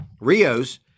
Rios—